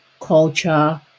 culture